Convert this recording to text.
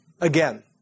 Again